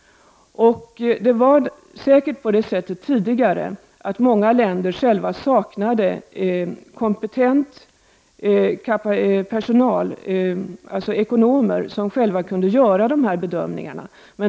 Tidigare var det säkert så att många länder saknade kompetenta ekonomer som själva kunde göra dessa bedömningar.